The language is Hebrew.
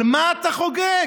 על מה אתה חוגג?